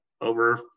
over